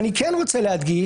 אני רוצה להדגיש,